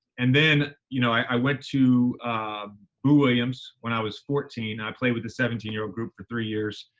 and then, you know, i went to boo williams when i was fourteen. i played with the seventeen year old group for three years.